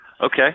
Okay